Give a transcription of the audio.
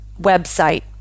website